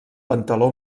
pantaló